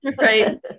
right